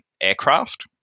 aircraft